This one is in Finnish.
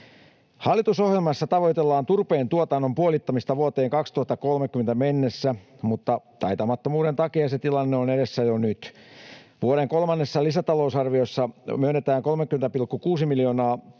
Hallitusohjelmassa tavoitellaan turpeen tuotannon puolittamista vuoteen 2030 mennessä, mutta taitamattomuuden takia se tilanne on edessä jo nyt. Vuoden kolmannessa lisätalousarviossa myönnetään 30,6 miljoonaa